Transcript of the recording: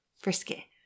Frisky